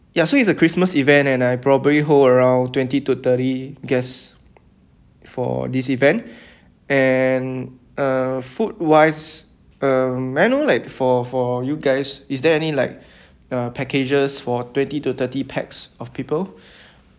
ya so it's a christmas event and I probably hold around twenty to thirty guests for this event and uh food wise um may I know like for for you guys is there any like uh packages for twenty to thirty pax of people